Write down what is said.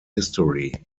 history